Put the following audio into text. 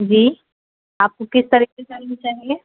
جی آپ کو کس طرح کا روم چاہیے